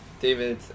David